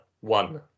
one